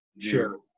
sure